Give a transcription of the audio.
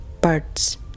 Birds